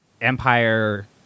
Empire